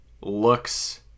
looks